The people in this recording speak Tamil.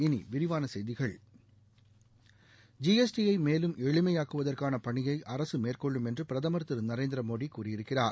இனி விரிவான செய்திகள் ஜிஎஸ்டி யை மேலும் எளிமையாக்குவதற்கான பணியை அரசு மேற்கொள்ளும் என்று பிரதமா் திரு நரேந்திர மோடி கூறியிருக்கிறார்